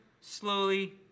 slowly